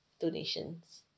donations